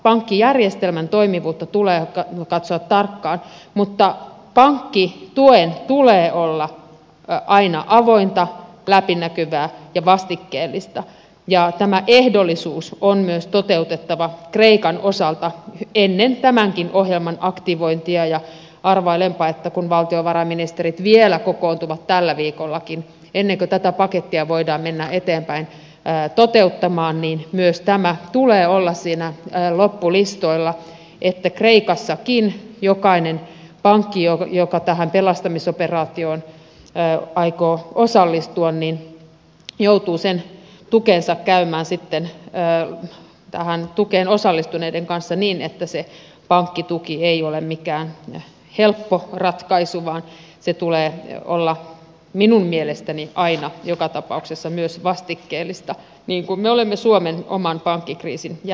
pankkijärjestelmän toimivuutta tulee katsoa tarkkaan mutta pankkituen tulee olla aina avointa läpinäkyvää ja vastikkeellista ja tämä ehdollisuus on myös toteutettava kreikan osalta ennen tämänkin ohjelman aktivointia ja arvailenpa että kun valtiovarainministerit vielä kokoontuvat tällä viikollakin ennen kuin tätä pakettia voidaan mennä eteenpäin toteuttamaan niin myös tämän tulee olla siinä loppulistoilla että kreikassakin jokainen pankki joka tähän pelastamisoperaatioon aikoo osallistua joutuu sen tukensa käymään läpi sitten tähän tukeen osallistuneiden kanssa niin että se pankkituki ei ole mikään helppo ratkaisu vaan sen tulee olla minun mielestäni aina joka tapauksessa myös vastikkeellista niin kuin me olemme suomen oman pankkikriisin jäljiltä oppineet